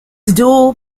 dual